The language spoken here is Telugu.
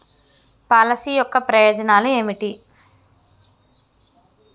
పాలసీ యొక్క ప్రయోజనాలు ఏమిటి?